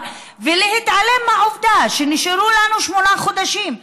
ומתעלמים מהעובדה שנשארו לנו שמונה חודשים,